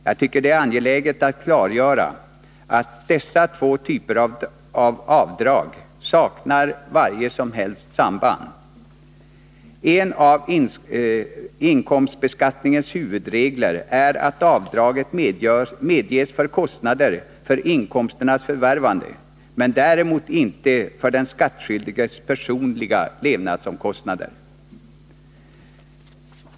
Jag tycker att det är angeläget att klargöra att dessa två typer av avdrag saknar varje som helst samband. En av inkomstbeskattningens huvudregler är att avdrag medges för kostnader för inkomsternas förvärvande men däremot inte för den skattskyldiges personliga levnadskostnader.